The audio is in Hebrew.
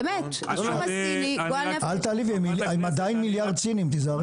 באמת, השום הסיני גועל נפש.